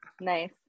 Nice